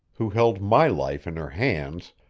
who held my life in her hands,